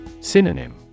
Synonym